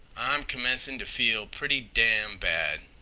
i'm commencin' t' feel pretty damn' bad.